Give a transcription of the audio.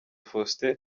faustin